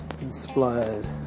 Inspired